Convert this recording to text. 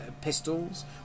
pistols